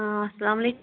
آ اسلامُ علیکم